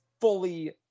fully